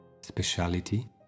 speciality